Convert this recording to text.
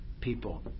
people